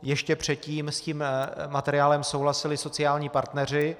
Ještě předtím s materiálem souhlasili sociální partneři.